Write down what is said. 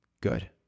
Good